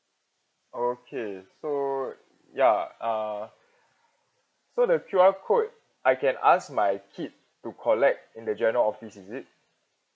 okay so ya uh so the Q_R code I can ask my kid to collect in the general office is it